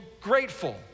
grateful